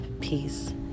peace